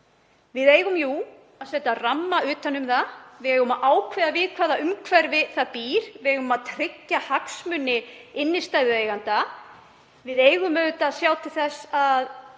Við eigum jú að setja ramma utan um það. Við eigum að ákveða við hvaða umhverfi það býr. Við eigum að tryggja hagsmuni innstæðueigenda. Við eigum auðvitað að sjá til þess að